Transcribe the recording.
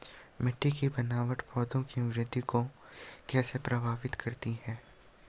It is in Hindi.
मिट्टी की बनावट पौधों की वृद्धि को कैसे प्रभावित करती है?